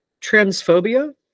transphobia